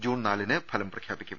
June നാലിന് ഫലം പ്രഖ്യാപിക്കും